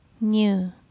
new